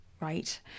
Right